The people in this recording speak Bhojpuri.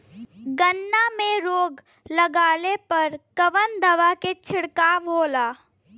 गन्ना में रोग लगले पर कवन दवा के छिड़काव होला?